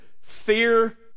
fear